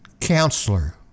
Counselor